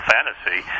Fantasy